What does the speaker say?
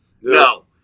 No